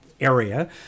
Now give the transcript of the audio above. area